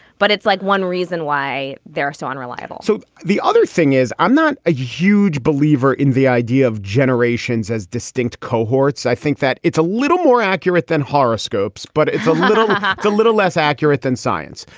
but it's like one reason why they're so unreliable so the other thing is, i'm not a huge believer in the idea of generations as distinct cohorts. i think that it's a little more accurate than horoscopes, but it's but a little less accurate than science,